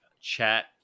chat